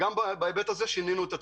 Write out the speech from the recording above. גם בהיבט הזה שינינו את התפיסה.